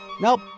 Nope